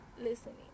listening